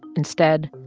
instead,